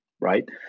right